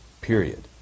Period